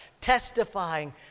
testifying